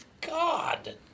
God